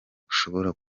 bushobora